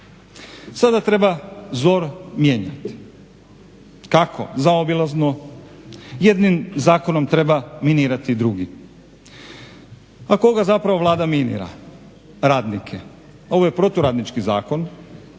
Sada treba ZOR mijenjati. Kako? Zaobilazno, jednim zakonom treba minirati drugi. A koga zapravo Vlada minira? Radnike. Ovo je proturadnički zakon,